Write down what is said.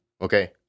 okay